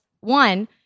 One